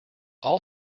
all